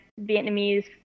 Vietnamese